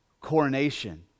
coronation